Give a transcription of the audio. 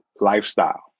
lifestyle